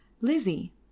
Lizzie